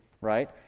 right